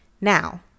Now